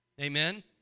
Amen